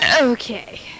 Okay